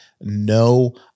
no